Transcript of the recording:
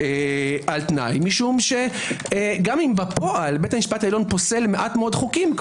על תנאי כי גם אם בפועל בית המשפט העליון פוסל מעט מאוד חוקים,